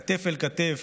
כתף אל כתף,